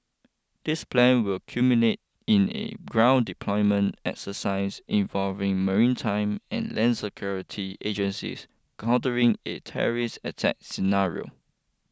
this plan will culminate in a ground deployment exercise involving maritime and land security agencies countering a terrorist attack scenario